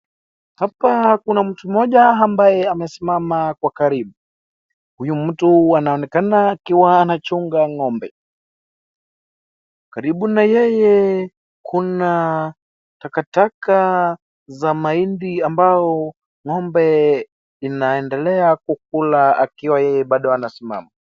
Hapa kuna mtu mmoja ambaye amesimama kwa karibu, huyu mtu anaonekana akiwa anachunga ngombe , karibu na yeye kuna takataka za mahindi amabayo ngombe inaendelea kukula yeye akiwa bado anasimama.